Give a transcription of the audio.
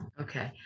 Okay